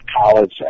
college